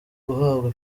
guhabwa